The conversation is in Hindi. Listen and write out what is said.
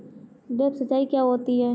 ड्रिप सिंचाई क्या होती हैं?